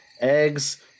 Eggs